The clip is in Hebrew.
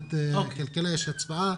בוועדת כלכלה, יש הצבעה,